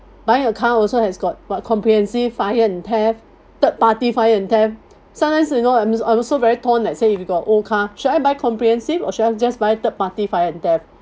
buying a car also has got what comprehensive fire and theft third party fire and theft sometimes you know I'm al~ I'm also very torn let's say if you got old car should I buy comprehensive or should I've just by third party fire and theft